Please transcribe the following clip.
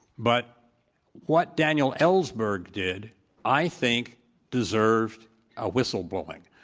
but what daniel ellsberg did i think deserved a whistle blowing.